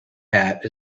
hat